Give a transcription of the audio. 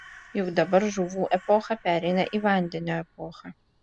juk dabar žuvų epocha pereina į vandenio epochą